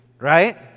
right